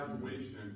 graduation